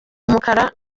umukara